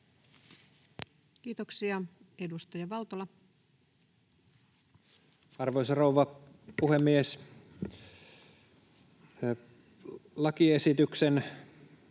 Kiitoksia. — Edustaja Valtola. Arvoisa rouva puhemies! Lakiesityksen